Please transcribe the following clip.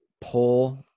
pull